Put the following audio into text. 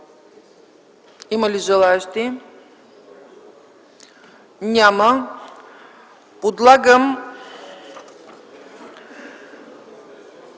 Има ли желаещи? Няма. Подлагам